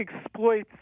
exploits